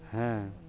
ᱦᱮᱸ